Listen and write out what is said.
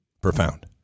Profound